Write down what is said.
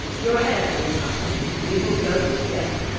your hand, leonato we will go together.